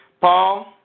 Paul